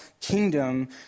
kingdom